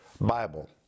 Bible